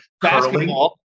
basketball